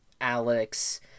Alex